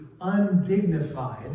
undignified